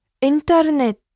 Internet